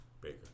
Baker